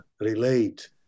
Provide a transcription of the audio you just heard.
relate